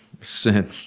sin